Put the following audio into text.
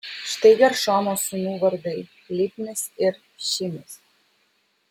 štai geršomo sūnų vardai libnis ir šimis